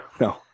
no